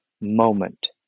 moment